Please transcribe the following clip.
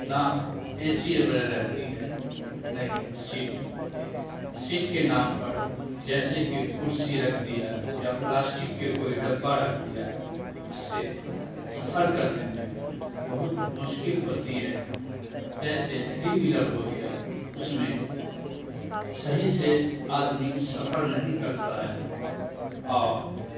نہ A C وغیرہ رہتی ہے نہیں سیٹ سیٹ کے نام پر جیسے کہ کرسی رکھ دیا یا پلاسٹک کے کوئی ڈبہ رکھ دیا اس سے سفر کرنے میں بہت مشکل ہوتی ہے جیسے تھری ویلر ہو گیا اس میں صحیح سے آدمی سفر نہیں کرتا ہے اور